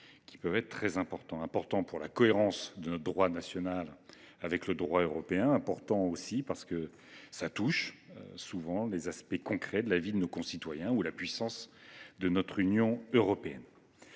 qui peuvent être très importants : importants pour la cohérence de notre droit national avec le droit européen ; importants aussi parce qu’ils touchent souvent à des aspects concrets de la vie de nos concitoyens ou à la puissance de notre Union européenne.